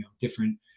different